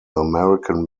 american